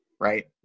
Right